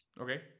Okay